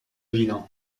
ville